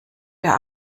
der